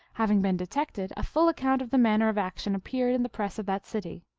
hav ing been detected, a full account of the manner of action appeared in the press of that city.